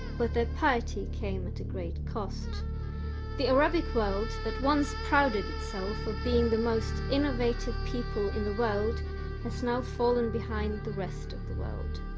but their party came at a great cost the arabic world that one sprouted itself for being the most innovative people in the world has now fallen behind the rest of the world